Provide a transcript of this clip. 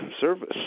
service